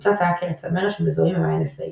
קבוצת האקרי צמרת שמזוהים עם ה-NSA.